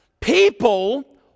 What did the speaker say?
people